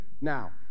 Now